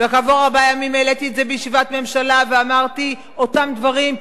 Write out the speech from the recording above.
וכעבור ארבעה ימים העליתי את זה בישיבת ממשלה ואמרתי אותם דברים,